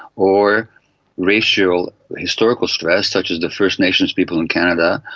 or racial historical stress such as the first nations people in canada,